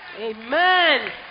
amen